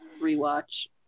re-watch